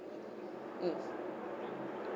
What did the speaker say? mm